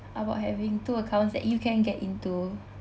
about having two accounts that you can get into